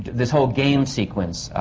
this whole game sequence.